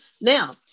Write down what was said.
Now